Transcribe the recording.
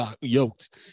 yoked